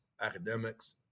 academics